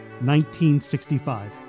1965